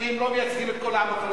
כי הם לא מייצגים את כל העם הפלסטיני,